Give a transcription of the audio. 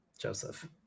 Joseph